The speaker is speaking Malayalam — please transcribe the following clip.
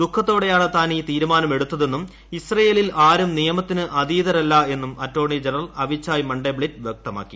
ദുഃഖത്തോടെയാണ് താൻ ഈ തീരുമാനമെടുത്തതെന്നും ഇസ്രയേലിൽ ആരും നിയമത്തിന് അതീതരല്ല എന്നും അറ്റോർണി ജനറൽ അവിചായ് മണ്ടേബ്ലിറ്റ് വ്യക്തമാക്കി